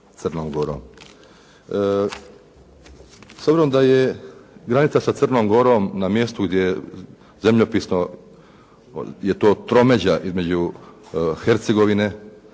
S obzirom da je granica sa Crnom Gorom na mjestu gdje je zemljopisno je to tromeđa između Hercegovine,